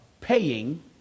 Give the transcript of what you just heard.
paying